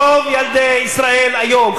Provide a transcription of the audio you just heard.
רוב ילדי ישראל היום,